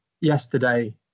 yesterday